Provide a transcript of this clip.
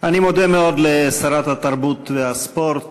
אני מודה מאוד לשרת התרבות והספורט